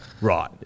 Right